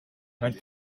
mijn